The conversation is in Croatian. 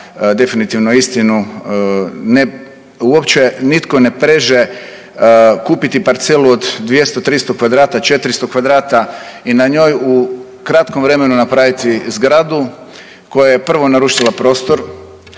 definitivno istinu. Uopće nitko ne preže kupiti parcelu od 200, 300 kvadrata, 400 kvadrata i na njoj u kratkom vremenu napraviti zgradu koja je prvo narušila prostor,